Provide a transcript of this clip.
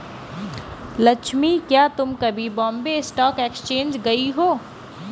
लक्ष्मी, क्या तुम कभी बॉम्बे स्टॉक एक्सचेंज गई हो?